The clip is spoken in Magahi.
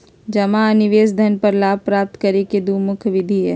जमा आ निवेश धन पर लाभ प्राप्त करे के दु मुख्य विधि हइ